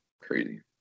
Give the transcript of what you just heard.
crazy